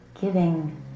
giving